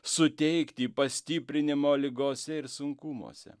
suteikti pastiprinimo ligose ir sunkumuose